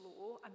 law